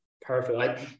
Perfect